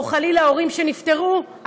או חלילה ההורים נפטרו,